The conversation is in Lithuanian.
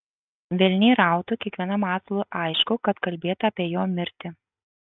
velniai rautų kiekvienam asilui aišku kad kalbėta apie jo mirtį